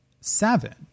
Seven